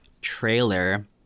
trailer